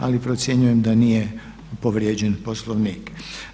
Ali procjenjujem da nije povrijeđen Poslovnik.